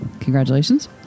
Congratulations